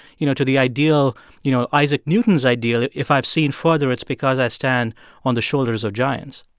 you know, to the ideal you know, isaac newton's ideal if i've seen further, it's because i stand on the shoulders of giants